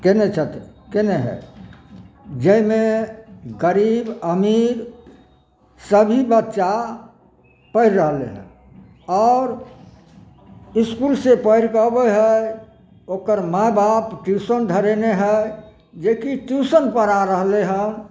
कएने छथिन कएने हइ जाहिमे गरीब अमीर सभी बच्चा पढ़ि रहलै हँ आओर इसकुल से पढ़िकऽ अबै हइ ओकर माइ बाप ट्यूशन धरेने हइ जेकि ट्यूशन पढ़ा रहलै हँ